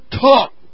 talk